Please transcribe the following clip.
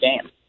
game